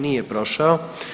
Nije prošao.